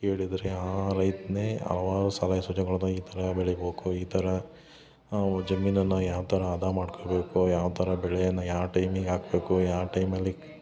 ಕೇಳಿದರೆ ಆ ರೈತ್ನೇ ಹಲವಾರು ಸಲಹೆ ಸೂಚನೆಗಳನ್ನುಈ ಥರ ಬೆಳಿಬೇಕು ಈ ಥರ ಅವು ಜಮೀನನ್ನ ಯಾವ ಥರ ಅದ ಮಾಡ್ಕೊಬೇಕು ಯಾವ ಥರ ಬೆಳೆಯನ್ನ ಯಾವ ಟೈಮಿಗೆ ಹಾಕಬೇಕು ಯಾವ ಟೈಮಲ್ಲಿ